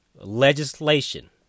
legislation